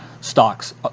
stocks